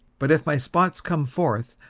but if my spots come forth,